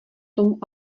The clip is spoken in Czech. tomu